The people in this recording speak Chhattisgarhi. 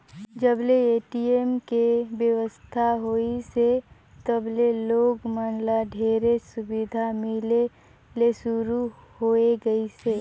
जब ले ए.टी.एम के बेवस्था होइसे तब ले लोग मन ल ढेरेच सुबिधा मिले ले सुरू होए गइसे